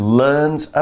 learns